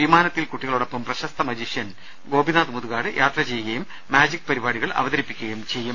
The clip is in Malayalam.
വിമാനത്തിൽ കുട്ടികളോടൊപ്പം പ്രശസ്ത മജീഷ്യൻ ഗോപിനാഥ് മുതുകാട് യാത്രചെയ്യുകയും മാജിക് പരിപാടികൾ അവതരിപ്പിക്കുകയും ചെയ്യും